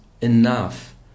enough